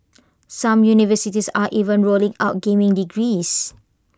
some universities are even rolling out gaming degrees